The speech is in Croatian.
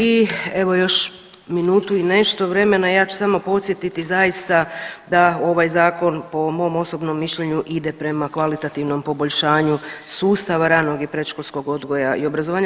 I evo još minutu i nešto vremena, ja ću samo podsjetiti zaista da ovaj zakon po mom osobnom mišljenju ide prema kvalitativnom poboljšanju sustava ranog i predškolskog odgoja i obrazovanja.